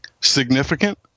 significant